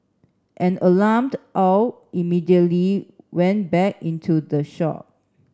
an alarmed Aw immediately went back into the shop